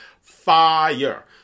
fire